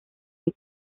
une